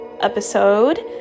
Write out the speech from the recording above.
episode